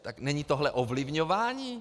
Tak není tohle ovlivňování?